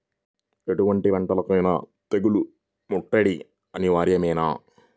ఎటువంటి పంటలకైన తెగులు ముట్టడి అనివార్యమా?